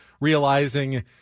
realizing